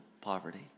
poverty